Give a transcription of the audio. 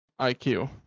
IQ